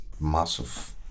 massive